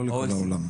לא לכל העולם.